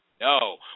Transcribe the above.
No